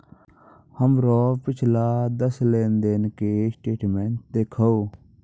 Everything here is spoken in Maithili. हमरो पिछला दस लेन देन के स्टेटमेंट देहखो